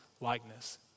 likeness